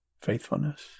faithfulness